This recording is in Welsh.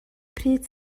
pryd